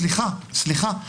סליחה, סליחה.